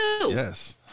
Yes